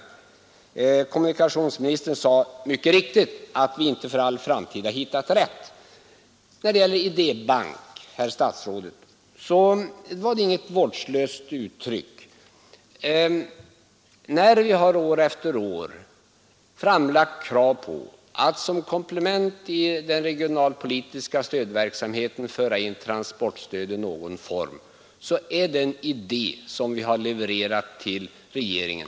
Som kommunikationsministern mycket riktigt sade har vi inte hittat någonting som är rätt för all framtid. Vad sedan beträffar ordet idébank, så var det inte något vårdslöst uttryck, herr statsråd. Vi har år efter år framfört krav på att som komplement i den regionalpolitiska stödverksamheten skall införas transportstöd i någon form, och det är en idé som vi har vidarebefordrat till regeringen.